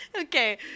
Okay